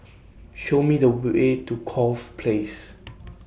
Show Me The Way to Corfe Place